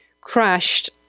crashed